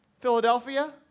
Philadelphia